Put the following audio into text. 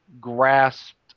grasped